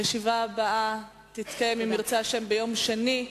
הישיבה הבאה תתקיים אם ירצה השם ביום שני,